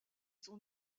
sont